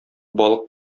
балык